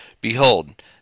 Behold